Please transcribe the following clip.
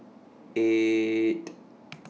eight